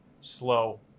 slow